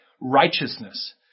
Righteousness